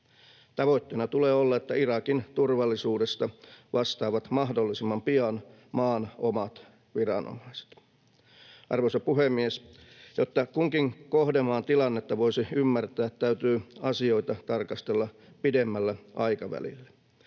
Tavoitteena tulee olla, että Irakin turvallisuudesta vastaavat mahdollisimman pian maan omat viranomaiset. Arvoisa puhemies! Jotta kunkin kohdemaan tilannetta voisi ymmärtää, täytyy asioita tarkastella pidemmällä aikavälillä.